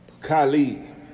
Kylie